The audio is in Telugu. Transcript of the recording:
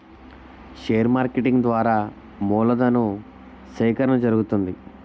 షేర్ మార్కెటింగ్ ద్వారా మూలధను సేకరణ జరుగుతుంది